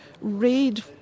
read